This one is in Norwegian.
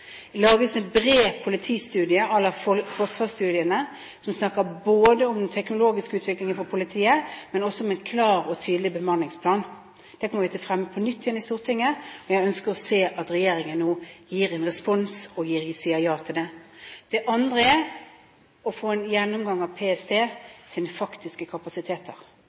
lages en bred politistudie à la forsvarsstudiene, som tar opp den teknologiske utviklingen for politiet, og også har en klar og tydelig bemanningsplan. Det kommer vi til å fremme på nytt i Stortinget, og jeg ønsker å se at regjeringen nå gir en respons, og sier ja til det. Det andre er å få en gjennomgang av PSTs faktiske kapasiteter.